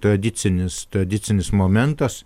tradicinis tradicinis momentas